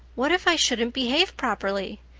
what if i shouldn't behave properly?